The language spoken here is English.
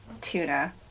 tuna